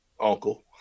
Uncle